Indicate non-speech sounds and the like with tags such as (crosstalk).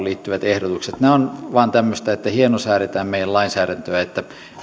(unintelligible) liittyvät ehdotukset nämä ovat vain tämmöistä että hienosäädetään meidän lainsäädäntöä että